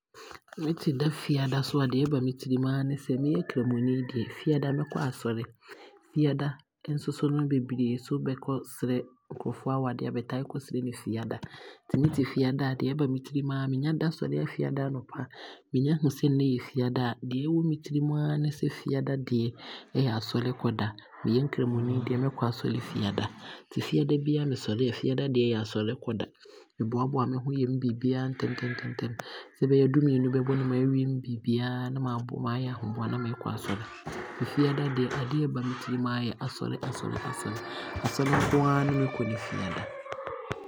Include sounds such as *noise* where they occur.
Sɛ me te da fiada a, deɛ ɛba me tirim aa ne sɛ, meyɛ Nkramoni yi deɛ, fiada mɛkɔ asɔre, fiada nso so no beberee nso bɛkɔ srɛ awareɛ a, bɛtae kɔsrɛ no fiada. Nti mete fiada a, deɛ ɛba me tirim aa, menya da sɔre fiada anɔpa a, menya hu sɛ nnyɛ yɛ fiada a, deɛ ɛwɔ me tirim aa ne sɛ fiada deɛ ɛyɛ asɔrekɔ da. Meyɛ Nkramoni yi deɛ, mɛkɔ asɔre fiada. Nti fiada biaa deɛ mesɔre a, fiada deɛ yɛ asɔrekɔ da, me boa boa me ho, yɛ me biribiaa ntɛntɛm ntɛntɛm sɛ ɛbɛyɛ a du mmienu bɛbɔ no na maawie me biribiaa na maaboa, na maayɛ ahoboa de kɔ asɔre. Fiada deɛ, adeɛ a ɛba me tirim aa yɛ asɔre sɔre, asɔre asɔre, asɔre nko aa ne me kɔ no ɛfiada. *noise*